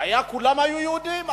כולם היו יהודים.